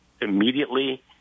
immediately